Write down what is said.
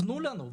תנו לנו'.